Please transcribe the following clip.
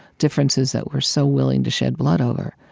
differences that we're so willing to shed blood over,